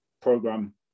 program